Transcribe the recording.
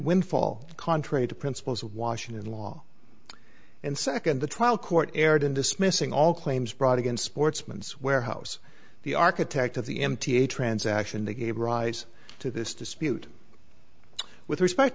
windfall contrary to principles of washington law and second the trial court erred in dismissing all claims brought against sportsman's warehouse the architect of the m t a transaction they gave rise to this dispute with respect